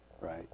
right